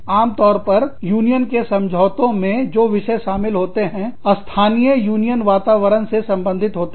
आमतौर पर यूनियन के समझौतों में जो विषय शामिल होते हैं स्थानीय यूनियन वातावरण से संबंधित होते हैं